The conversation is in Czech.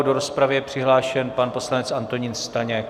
Do rozpravy je přihlášen pan poslanec Antonín Staněk.